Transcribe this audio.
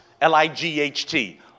L-I-G-H-T